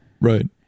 Right